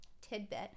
tidbit